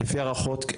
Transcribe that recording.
לפי ההערכות,